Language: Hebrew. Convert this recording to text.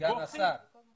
תן לי